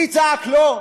מי צעק "לא"?